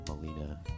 Melina